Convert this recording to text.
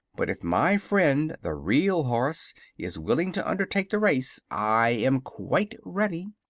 but if my friend the real horse is willing to undertake the race i am quite ready.